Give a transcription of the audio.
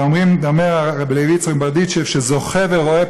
ואומר הרב לוי יצחק מברדיצ'ב ש"זוכה ורואה",